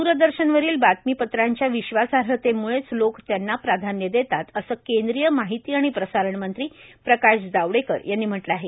द्रदर्शनवरच्या बातमीपत्रांच्या विश्वासार्हतेम्ळेच लोक त्यांना प्राधान्य देतात असं केंद्रीय माहिती आणि प्रसारण मंत्री प्रकाश जावडेकर यांनी म्हटलं आहे